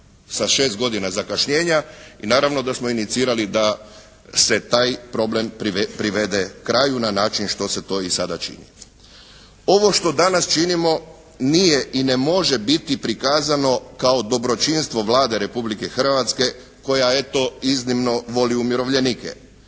sa 6 godina zakašnjenja. I naravno da smo inicirali da se taj problem privede kraju na način što se to i danas čini. Ovo što danas činimo nije i ne može biti prikazano kao dobročinstvo Vlade Republike Hrvatske koja eto iznimno voli umirovljenike.